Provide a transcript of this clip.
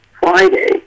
Friday